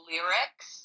Lyrics